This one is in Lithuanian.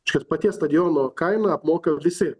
čia paties stadiono kainą apmoka visi